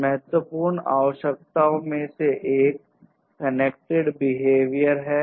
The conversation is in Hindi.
बहुत महत्वपूर्ण आवश्यकताओं में से एक कनेक्टेड बिहेवियर है